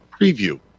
preview